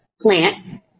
plant